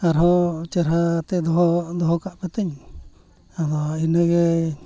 ᱟᱨᱦᱚᱸ ᱪᱮᱦᱨᱟᱛᱮ ᱫᱚᱦᱚ ᱫᱚᱦᱚ ᱠᱟᱜᱯᱮ ᱛᱤᱧ ᱟᱫᱚ ᱤᱱᱟᱹᱜᱮ